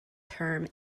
term